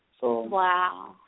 Wow